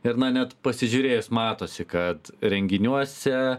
ir na net pasižiūrėjus matosi kad renginiuose